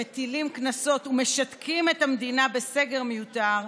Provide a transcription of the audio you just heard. מטילים קנסות ומשתקים את המדינה בסגר מיותר,